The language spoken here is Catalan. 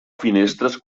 finestres